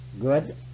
good